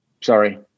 Sorry